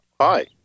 Hi